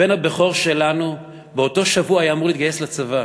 הבן הבכור שלנו באותו שבוע היה אמור להתגייס לצבא,